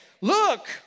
Look